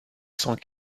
cent